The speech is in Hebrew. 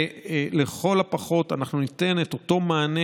ולכל הפחות אנחנו ניתן את אותו מענה,